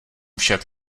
však